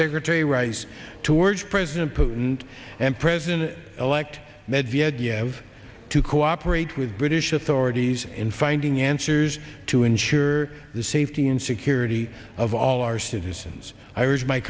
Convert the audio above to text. secretary rice towards president putin and president elect met via you have to cooperate with british authorities in finding answers to ensure the safety and security of all our citizens i